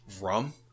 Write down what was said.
Rum